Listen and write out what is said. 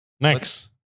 Next